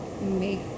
make